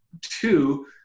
two